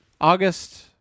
August